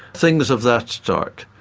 things of that sort.